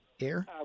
air